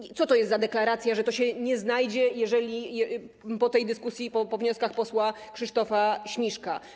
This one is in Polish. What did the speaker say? I co to jest za deklaracja, że to się nie znajdzie, jeżeli... po tej dyskusji i po wnioskach posła Krzysztofa Śmiszka?